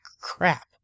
crap